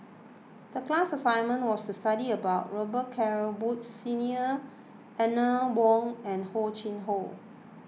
the class assignment was to study about Robet Carr Woods Senior Eleanor Wong and Hor Chim or